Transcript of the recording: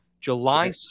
July